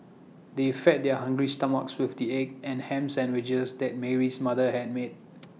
they fed their hungry stomachs with the egg and Ham Sandwiches that Mary's mother had made